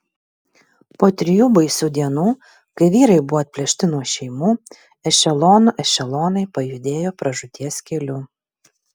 po trijų baisių dienų kai vyrai buvo atplėšti nuo šeimų ešelonų ešelonai pajudėjo pražūties keliu